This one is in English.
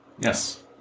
Yes